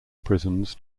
prisms